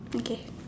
okay